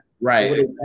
Right